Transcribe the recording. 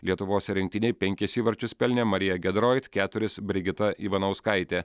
lietuvos rinktinėje penkis įvarčius pelnė marija giedrojt keturis brigita ivanauskaitė